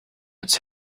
its